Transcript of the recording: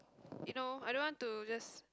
you know I don't want to just